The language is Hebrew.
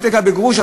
פוליטיקה בגרוש,